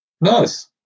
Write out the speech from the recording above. nice